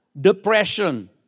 depression